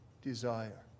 Desire